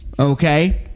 Okay